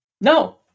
No